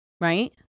right